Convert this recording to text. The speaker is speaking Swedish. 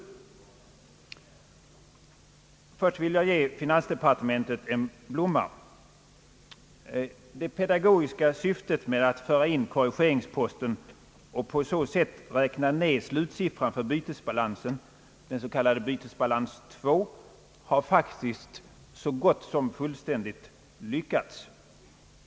Först vill jag ge finansdepartementet en blomma. Det pedagogiska syftet med att föra in korrigeringsposten och på så sätt räkna ned slutsiffran för bytesbalansen, den s.k. bytesbalans 2, har faktiskt så gott som fullständigt lyckats.